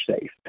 safe